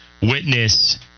witness